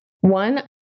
One